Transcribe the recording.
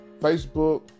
Facebook